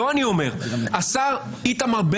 --- קארין אלהרר?